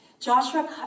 Joshua